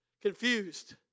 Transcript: confused